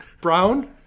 Brown